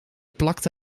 plakte